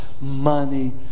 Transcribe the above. money